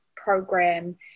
program